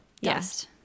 Yes